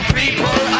people